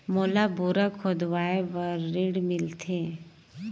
मोला बोरा खोदवाय बार ऋण मिलथे?